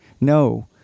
No